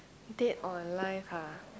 dead or alive ha